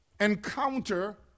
encounter